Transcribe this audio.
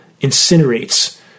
incinerates